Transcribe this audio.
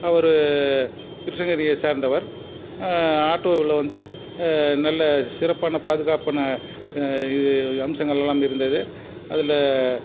அவர் கிருஷ்ணகிரியை சேர்ந்தவர் ஆட்டோவில் வந்து நல்ல சிறப்பான பாதுகாப்பான இது அம்சங்களெல்லாம் இருந்தது அதில்